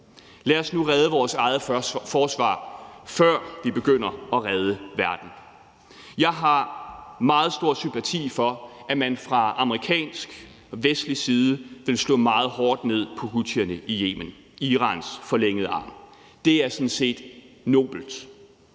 Lad os nu redde vores eget forsvar, før vi begynder at redde verden. Jeg har meget stor sympati for, at man fra amerikansk og vestlig side vil slå meget hårdt ned på houthierne i Yemen, Irans forlængede arm. Det er sådan set nobelt.